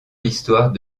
l’histoire